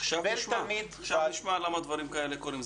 עכשיו נשמע למה דברים כאלה קוים.